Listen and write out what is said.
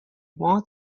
walked